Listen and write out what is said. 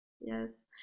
Yes